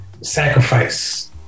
sacrifice